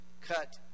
cut